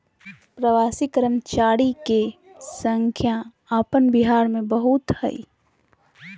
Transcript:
प्रवासी कर्मचारी के संख्या अपन बिहार में बहुत हइ